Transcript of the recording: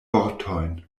vortojn